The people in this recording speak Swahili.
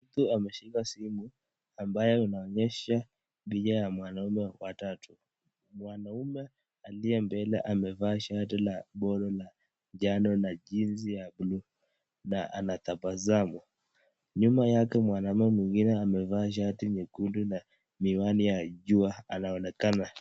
Mtu ameshika simu ambayo unaonyesha picha ya mwanaume wa tatu. Mwanaume aliye mbele amevaa shati la polo la kijani na jeans ya blue na anatabasamu. Nyuma yake mwanaume mwingine amevaa shati nyekundu na miwani ya jua. Anaonekana